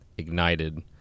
ignited